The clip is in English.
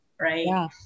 right